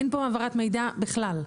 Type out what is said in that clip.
אין פה העברת מידע בכלל.